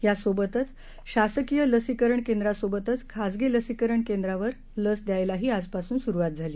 यासोबतच शासकीय लसीकरण केंद्रांसोबतच खाजगी लसीकरण केंद्रावर लस द्यायलाही आजपासून सुरुवात झाली